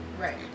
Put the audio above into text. Right